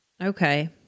Okay